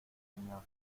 señor